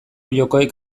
jokoek